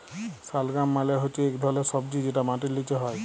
শালগাম মালে হচ্যে ইক ধরলের সবজি যেটা মাটির লিচে হ্যয়